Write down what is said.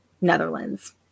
Netherlands